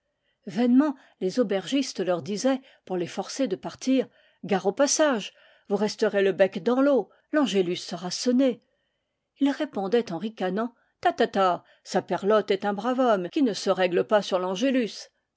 vainement les auber gistes leur disaient pour les forcer de partir gare au passage vous resterez le bec dans l'eau l'an gélus sera sonné ils répondaient en ricanant ta ta ta saperlott est un brave homme qui ne se règle pas sur